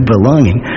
Belonging